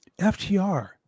FTR